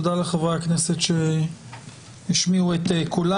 תודה לחברי הכנסת שהשמיעו את קולם.